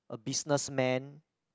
a business man